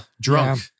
drunk